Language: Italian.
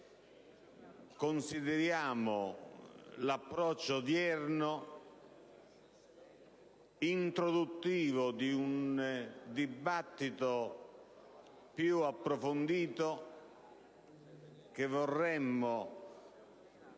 consideriamo l'approccio odierno introduttivo di un dibattito più approfondito che vorremmo